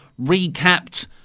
recapped